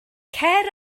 cer